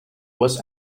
was